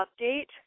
update